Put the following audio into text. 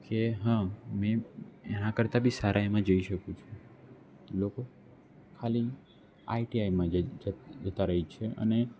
કે હા મેં એના કરતાં બી સારા એવામાં જઈ શકું છું લોકો ખાલી આઇટીઆઇમાં જ જતા રહે છે અને